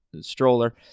stroller